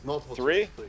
three